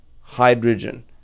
hydrogen